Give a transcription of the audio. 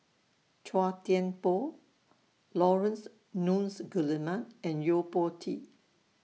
Chua Thian Poh Laurence Nunns Guillemard and Yo Po Tee